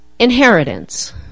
Inheritance